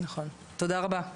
תודה רבה.